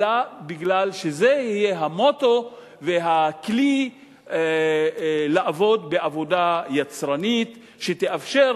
אלא בגלל שזה יהיה המוטו והכלי לעבוד בעבודה יצרנית שתאפשר